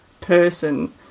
person